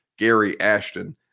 garyashton